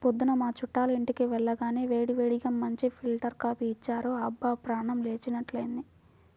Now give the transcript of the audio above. పొద్దున్న మా చుట్టాలింటికి వెళ్లగానే వేడివేడిగా మంచి ఫిల్టర్ కాపీ ఇచ్చారు, అబ్బా ప్రాణం లేచినట్లైంది